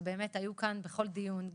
שהיו כאן בכל דיון,